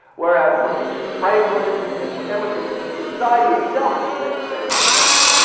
whereas for franklin and then for emerson society itself is the necessary contention.